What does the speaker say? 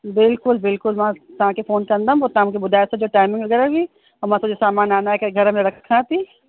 बिल्कुलु बिल्कुलु मां तव्हांखे फ़ोन कंदमि पोइ तव्हां मूंखे ॿुधाए छॾिजो टाइमिंग वग़ैरह बि त मां सॼो सामान आणे करे घर में रखां थी